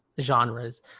genres